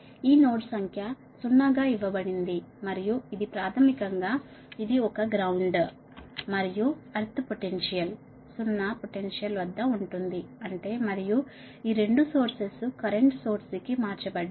ఈ నోడ్ సంఖ్య 0 గా ఇవ్వబడింది మరియు ఇది ప్రాథమికంగా ఇది ఒక గ్రౌండ్ మరియు ఎర్త్ పొటెన్షియల్ 0 పొటెన్షియల్ వద్ద ఉంటుంది అంటే మరియు ఈ రెండు సోర్సెస్ కరెంటు సోర్సెస్ కి మార్చబడ్డాయి